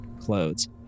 clothes